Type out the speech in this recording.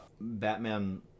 Batman